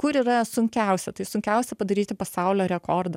kur yra sunkiausia tai sunkiausia padaryti pasaulio rekordą